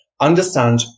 understand